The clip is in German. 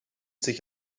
sich